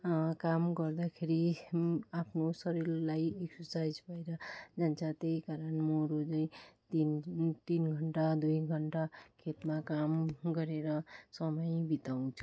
काम गर्दाखेरि आफ्नो शरीरलाई एक्सरसाइज भएर जान्छ त्यही कारण म रोजै तीन तीन घन्टा दुई घन्टा खेतमा काम गरेर समय बिताउँछु